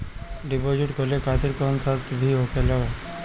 Deposit खोले खातिर कौनो शर्त भी होखेला का?